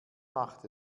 macht